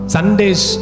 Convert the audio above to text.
Sundays